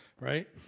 right